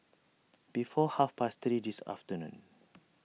before half past three this afternoon